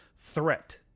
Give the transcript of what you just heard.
threat